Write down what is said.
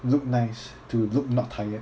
look nice to look not tired